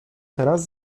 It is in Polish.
teraz